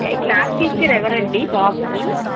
ఏ class teacher ఎవరండీ బాబుకి